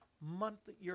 monthly